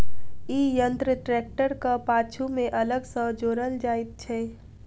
ई यंत्र ट्रेक्टरक पाछू मे अलग सॅ जोड़ल जाइत छै